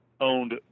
owned